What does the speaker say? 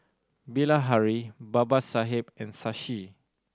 Bilahari Babasaheb and Shashi